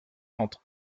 entre